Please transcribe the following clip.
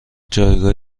جایگاه